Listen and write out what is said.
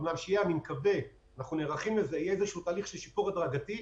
אני מקווה שיהיה איזשהו תהליך של שיפור הדרגתי,